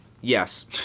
yes